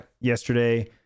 yesterday